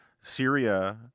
Syria